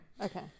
Okay